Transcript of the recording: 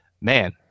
man